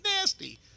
nasty